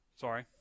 Sorry